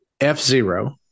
F-Zero